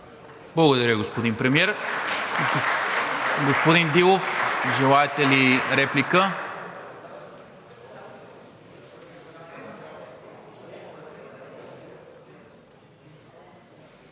Благодаря, господин Премиер. Господин Дилов, желаете ли реплика?